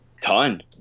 Ton